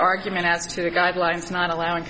argument as to the guidelines not allowing